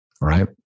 right